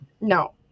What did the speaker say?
No